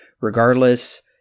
regardless